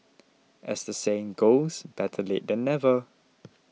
as the saying goes better late than never